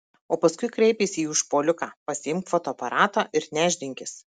o paskui kreipėsi į užpuoliką pasiimk fotoaparatą ir nešdinkis